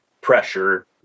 pressure